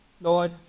Lord